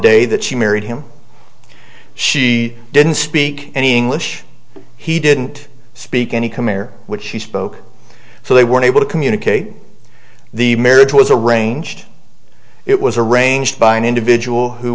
day that she married him she didn't speak any english he didn't speak any compare which she spoke so they were able to communicate the marriage was arranged it was arranged by an individual who